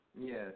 Yes